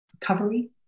recovery